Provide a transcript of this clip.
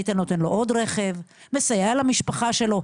היית נותן לו עוד רכב ומסייע למשפחה שלו.